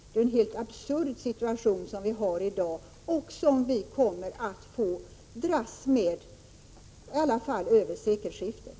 Dagens situation är helt absurd, och vi kommer att få dras med den över sekelskiftet.